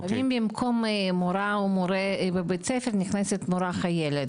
לפעמים במקום מורה בבית-ספר, נכנסת מורה חיילת.